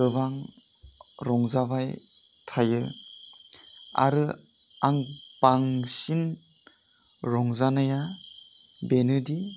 गोबां रंजाबाय थायो आरो आं बांसिन रंजानाया बेनोदि